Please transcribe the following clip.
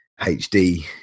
HD